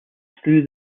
through